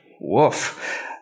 Woof